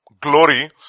glory